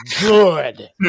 good